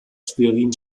schwerin